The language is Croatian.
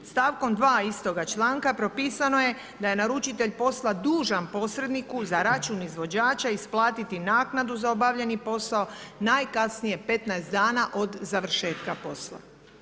Stavkom 2 istoga članka propisano je da je naručitelj posla dužan posredniku za račun izvođača isplatiti naknadu za obavljeni posao najkasnije 15 dana od završetka posla.